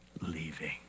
leaving